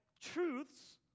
truths